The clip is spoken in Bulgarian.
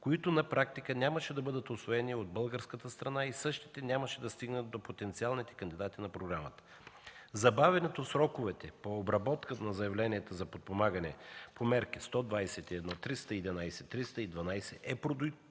които на практика нямаше да бъдат усвоени от българската страна и същите нямаше да стигнат до потенциалните кандидати на програмата. Забавянето в сроковете по обработката на заявленията за подпомагане по мерки 121, 311 и 312 е и продиктувано